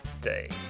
Day